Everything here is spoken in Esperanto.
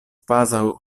kvazaŭ